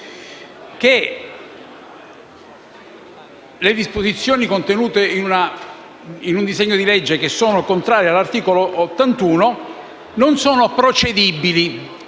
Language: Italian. che le disposizioni contenute in un disegno di legge che sono contrarie all'articolo 81 della